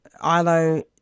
Ilo